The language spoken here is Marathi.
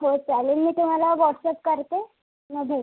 हो चालेल मी तुम्हाला व्हॉटस्ॲप करते मग भेटा